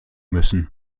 müssen